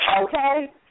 okay